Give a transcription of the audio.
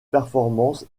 performances